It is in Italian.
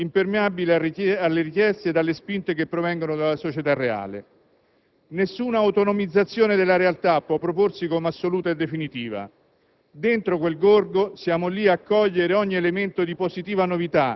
Nessun fenomeno politico e istituzionale è monolitico, impermeabile alle richieste ed alle spinte che provengono dalla società reale. Nessuna autonomizzazione della realtà può proporsi come assoluta e definitiva.